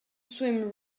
swim